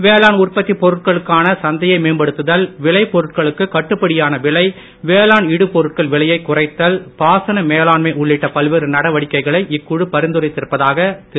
வேளாண் உற்பத்தி பொருட்களுக்கான சந்தையை மேம்படுத்துதல் விளை பொருட்களுக்கு கட்டுப்படியான விலை வேளாண் இடுபொருட்கள் விலையை குறைத்தல் பாசன மேளான்மை உள்ளிட்ட பல்வேறு நடவடிக்கைகளை இக்குழு பரிந்துரைத்திருப்பதாக திரு